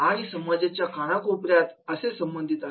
आणि समाजाच्या कानाकोपऱ्यात असे संबंधित आहेत